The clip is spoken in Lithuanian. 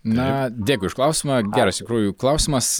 na dėkui už klausimą geras iš tikrųjų klausimas